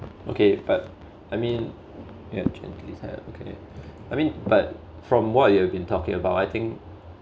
okay but I mean okay I mean but from what you have been talking about I think